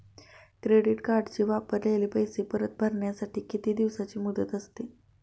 Credit कार्डचे वापरलेले पैसे परत भरण्यासाठी किती दिवसांची मुदत असते?